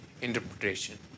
interpretation